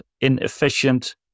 inefficient